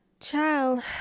child